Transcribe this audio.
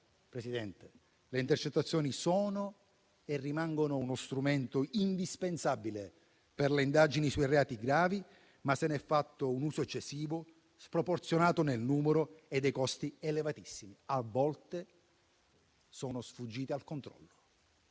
chiaro che le intercettazioni sono e rimangono uno strumento indispensabile per le indagini sui reati gravi; ma se ne è fatto un uso eccessivo, sproporzionato nel numero e dai costi elevatissimi; a volte, sono sfuggite al controllo.